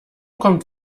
kommt